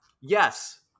yes